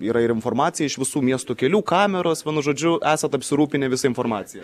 yra ir informacija iš visų miestų kelių kameros vienu žodžiu esat apsirūpinę visa informacija